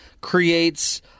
creates